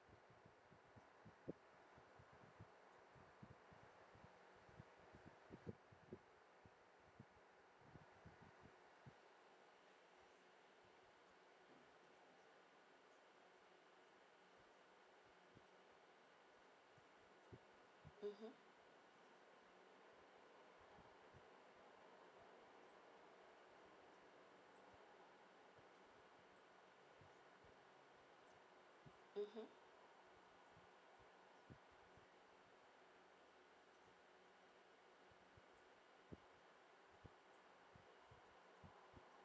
mmhmm mmhmm